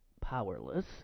powerless